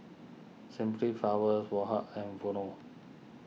Simply Flowers Woh Hup and Vono